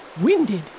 winded